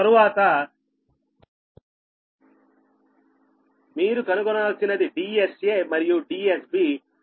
తరువాత మీరు కనుగొనాల్సినది DSA మరియు DSB